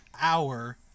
hour